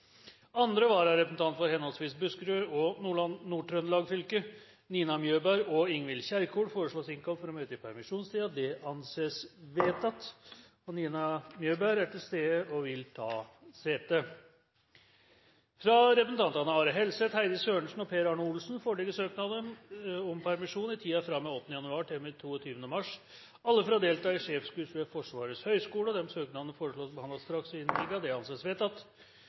Andre vararepresentant for henholdsvis Buskerud og Nord-Trøndelag fylker, Nina Mjøberg og Ingvild Kjerkol, innkalles for å møte i permisjonstiden. Nina Mjøberg er til stede og vil ta sete. Fra representantene Are Helseth, Heidi Sørensen og Per Arne Olsen foreligger søknader om permisjon i tiden fra og med 8. januar til og med 22. mars – alle for å delta i sjefskurs ved Forsvarets høgskole.